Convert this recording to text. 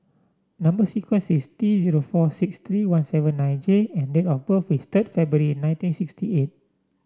number sequence is T zero four six three one seven nine J and date of birth is third February nineteen sixty eight